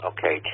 Okay